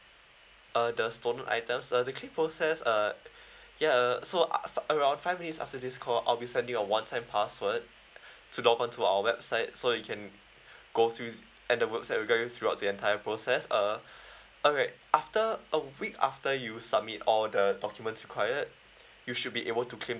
uh the stolen items uh the claim process uh ya uh so af~ around five minutes after this call I'll be sending you a one time password to log on to our website so you can go through and the works that will guide you throughout the entire process uh alright after a week after you submit all the documents required you should be able to claim